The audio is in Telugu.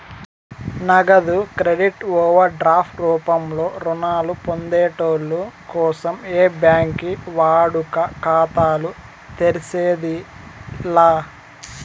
నగదు క్రెడిట్ ఓవర్ డ్రాప్ రూపంలో రుణాలు పొందేటోళ్ళ కోసం ఏ బ్యాంకి వాడుక ఖాతాలు తెర్సేది లా